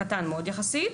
אם כי קטן מאוד יחסית.